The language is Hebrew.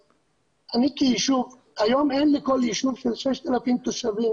אני כישוב, היום אין לכל ישוב של 6,000 תושבים